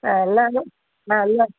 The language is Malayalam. ആ എന്നാലും ആ എന്നാൽ